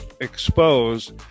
expose